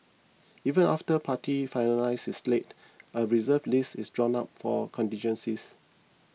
even after party finalises its slate a Reserve List is drawn up for contingencies